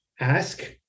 ask